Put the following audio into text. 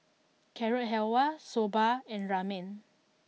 Carrot Halwa Soba and Ramen